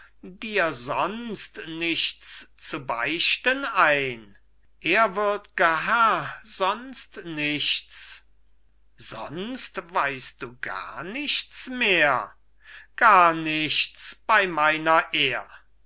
dir sonst nichts zu beichten ein ehrwürdger herr sonst nichts sonst weißt du gar nichts mehr gar nichts bei meiner ehr